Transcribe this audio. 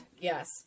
yes